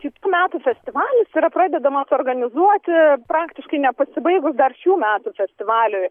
kitų metų festivalis yra pradedamas organizuoti praktiškai nepasibaigus dar šių metų festivaliui